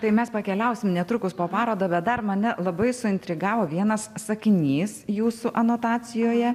tai mes pakeliausim netrukus po parodą bet dar mane labai suintrigavo vienas sakinys jūsų anotacijoje